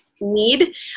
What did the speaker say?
need